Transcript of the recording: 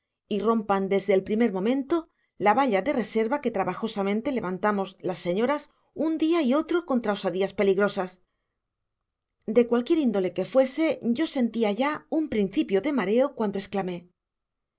y rompan desde el primer momento la valla de reserva que trabajosamente levantamos las señoras un día y otro contra osadías peligrosas de cualquier índole que fuese yo sentía ya un principio de mareo cuando exclamé